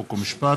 חוק ומשפט.